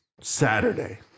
Saturday